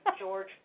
George